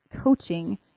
coaching